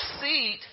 seat